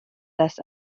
less